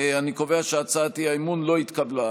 אני קובע שהצעת האי-אמון לא התקבלה.